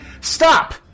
Stop